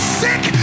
sick